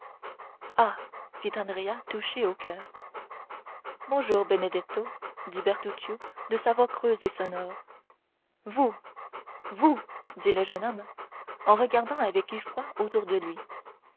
fit andrea touché au coeur bonjour benedetto dit bertuccio de sa voix creuse et sonore vous vous dit le jeune homme en regardant avec effroi autour de lui